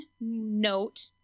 note